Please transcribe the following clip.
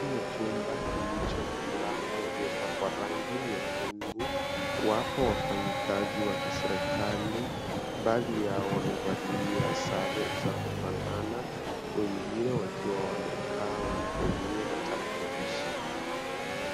Chumba kilicho na mlango uliopakwa rangi nyekundu. Wapo wafanyakazi wa kiserikali, baadhi yao wamevalia sare za kufanana. Wengine wakiwa wamekaa, wanatumia tarakilishi.